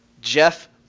Jeff